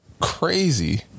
crazy